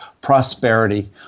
prosperity